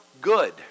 good